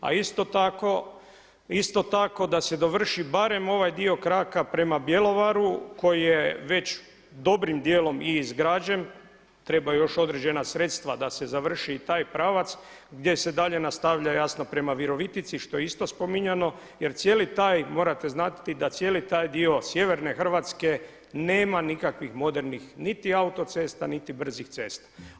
A isto tako da se dovrši barem ovaj dio kraka prema Bjelovaru koji je već dobrim dijelom i izgrađen, trebaju još određena sredstva da se završi i taj pravac gdje se dalje nastavlja jasno prema Virovitici, što je isto spominjano jer cijeli taj morate znati da cijeli taj dio sjeverne Hrvatske nema nikakvih modernih niti autocesta niti brzih cesta.